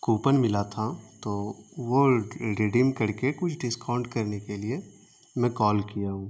coupon ملا تھا تو وہ ریڈیم کرکے کچھ ڈسکاؤنٹ کرنے کے لیے میں کال کیا ہوں